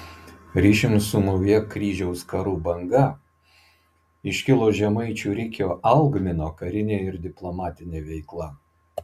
ryšium su nauja kryžiaus karų banga iškilo žemaičių rikio algmino karinė ir diplomatinė veikla